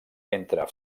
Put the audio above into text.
entre